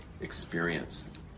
experience